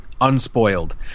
unspoiled